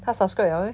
他 subscribe 了 meh